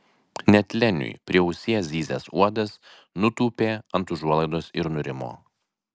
net leniui prie ausies zyzęs uodas nutūpė ant užuolaidos ir nurimo